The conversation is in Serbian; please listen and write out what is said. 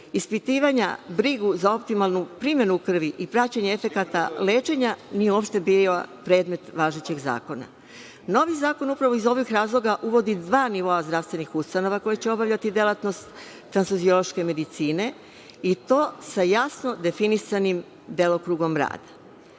ispitivanja, brigu za optimalnu primenu krvi i praćenje efekata lečenja nije uopšte bilo predmet važećeg zakona. Novi zakon upravo iz ovih razloga uvodi dva nivoa zdravstvenih ustanova koje će obavljati delatnost transfuziloške medicine i to sa jasno definisanim delokrugom rada.